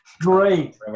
Great